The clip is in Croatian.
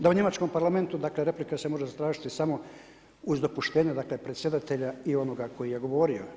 Da u Njemačkom parlamentu dakle replika se može zatražiti samo uz dopuštenje predsjedatelja i onoga tko je govorio.